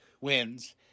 wins